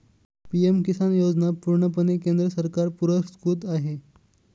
PM Kisan योजना पूर्णपणे केंद्र सरकार पुरस्कृत आहे